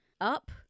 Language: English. up